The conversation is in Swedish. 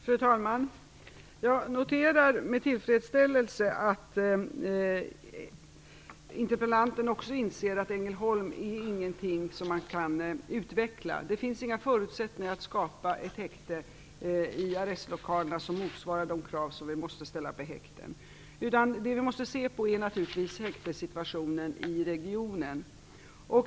Fru talman! Jag noter med tillfredsställelse att också interpellanten inser att häktet i Ängelholm inte är utvecklingsbart. Det finns inga förutsättningar för att i arrestlokalerna skapa ett häkte som motsvarar de krav som vi måste ställa på häkten. Det som vi måste se på är naturligtvis häktessituationen i regionen.